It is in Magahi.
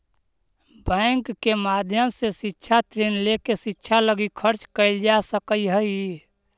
बैंक के माध्यम से शिक्षा ऋण लेके शिक्षा लगी खर्च कैल जा सकऽ हई